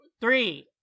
three